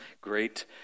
great